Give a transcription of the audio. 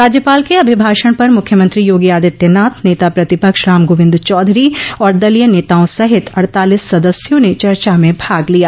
राज्यपाल के अभिभाषण पर मख्यमंत्री योगी आदित्यनाथ नेता प्रतिपक्ष रामगोविन्द चौधरी और दलीय नेताओं सहित अड़तालीस सदस्यों ने चर्चा में भाग लिया